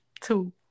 two